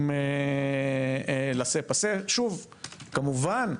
כמובן,